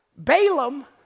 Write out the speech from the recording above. Balaam